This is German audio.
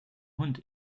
hund